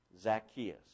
Zacchaeus